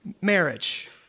marriage